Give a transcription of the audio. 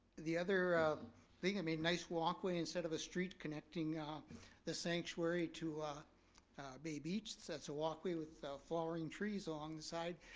the other thing, and made nice walkway instead of a street connecting ah the sanctuary to bay beach. so that's a walkway with flowering trees along the side.